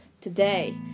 today